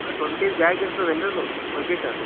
ಆ twenty bag ಇರ್ತದಲ್ರಿ ಅದು ಬಕೀಟ